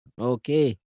okay